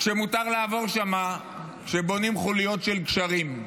שמותר לעבור שם כשבונים חוליות של גשרים.